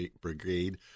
Brigade